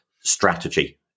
strategy